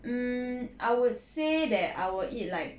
mm I would say that I will eat like